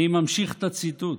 אני ממשיך את הציטוט: